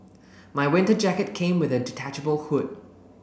my winter jacket came with a detachable hood